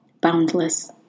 boundless